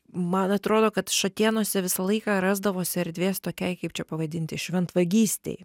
man atrodo kad šatėnuose visą laiką rasdavosi erdvės tokiai kaip čia pavadinti šventvagystei